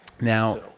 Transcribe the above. Now